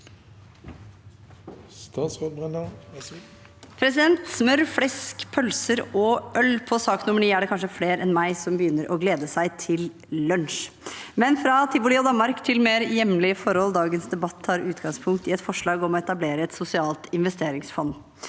Smør, flesk, pøl- ser og øl – i sak nr. 9 er det kanskje flere enn meg som begynner å glede seg til lunsj. Men fra tivoli og Danmark til mer hjemlige forhold: Dagens debatt tar utgangspunkt i et forslag om å etablere et sosialt investeringsfond.